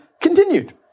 continued